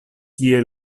tie